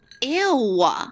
Ew